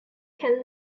can